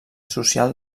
social